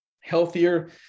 Healthier